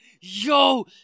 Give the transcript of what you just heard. Yo